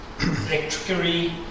electricity